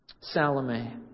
Salome